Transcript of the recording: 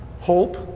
hope